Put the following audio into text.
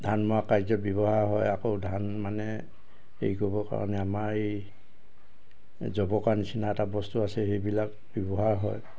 ধান মৰা কাৰ্যত ব্যৱহাৰ হয় আকৌ ধান মানে হেৰি কৰিবৰ কাৰণে আমাৰ এই জবকা নিচিনা এটা বস্তু আছে সেইবিলাক ব্যৱহাৰ হয়